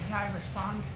i respond?